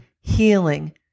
healing